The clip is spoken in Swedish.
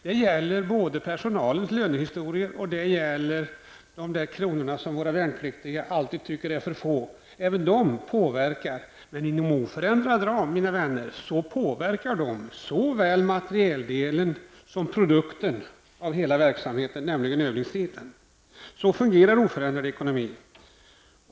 Det gäller både personalens lönehistorier och de kronor som våra värnpliktiga alltid tycker är för få. Även de pengarna påverkar. Men inom oförändrad ram, mina vänner, påverkar de såväl materialdelen som produkter av hela verksamheten, nämligen övningstiden. Så fungerar oförändrad ekonomi.